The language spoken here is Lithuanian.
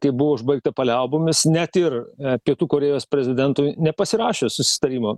kai buvo užbaigta paliaubomis net ir pietų korėjos prezidentui nepasirašius susitarimo